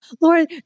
Lord